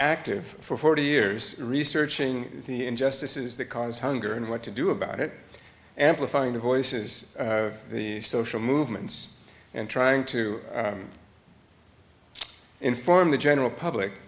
active for forty years researching the injustices that cause hunger and what to do about it amplifying the voices of the social movements and trying to inform the general public